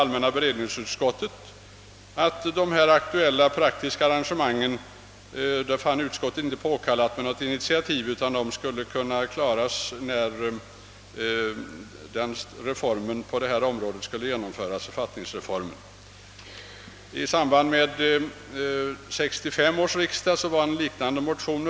Allmänna beredningsutskottet ansåg det då inte påkallat med något initiativ från riksdagens sida beträffande de aktuella praktiska arrangemangen, utan dessa borde övervägas i samband med genomförandet av författningsreformen. 1965 väcktes en liknande motion.